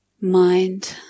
mind